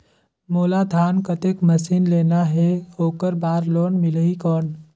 मोला धान कतेक मशीन लेना हे ओकर बार लोन मिलही कौन?